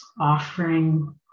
offering